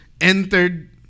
entered